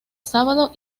sábados